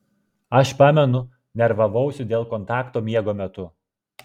aš pamenu nervavausi dėl kontakto miego metu